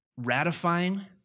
ratifying